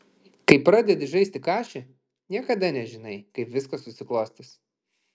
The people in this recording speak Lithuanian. kai pradedi žaisti kašį niekada nežinai kaip viskas susiklostys